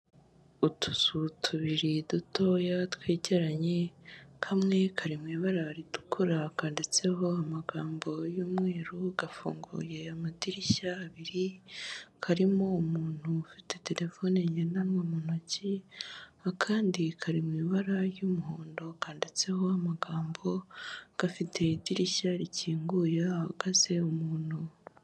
Utuzu tubiri dutoya twegeranye, kamwe kari mu ibara ritukura kanditseho amagambo y'umweru, gafunguye amadirishya abiri, karimo umuntu ufite telefone ngendanwa mu ntoki, akandi kari mu ibara ry'umuhondo kanditseho amagambo, gafite idirishya rikinguye hahagaze umuntu.